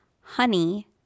honey